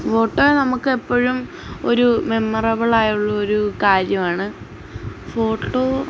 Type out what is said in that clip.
photo നമുക്ക് എപ്പോഴും ഒരു മെമ്മറബിളായുള്ളൊരു കാര്യമാണ് ഫോട്ടോ